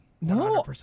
No